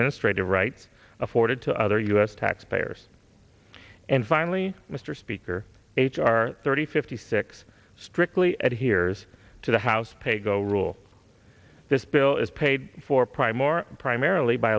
ministre to rights afforded to other u s taxpayers and finally mr speaker h r thirty fifty six strictly it hears to the house pay go rule this bill is paid for prime or primarily by